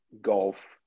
golf